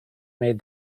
made